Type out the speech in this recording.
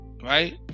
right